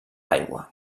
aigua